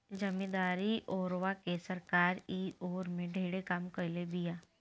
जमीदारी ओरवा के सरकार इ ओर में ढेरे काम कईले बिया